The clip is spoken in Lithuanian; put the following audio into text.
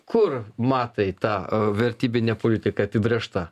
kur matai ta vertybinė politika apibrėžta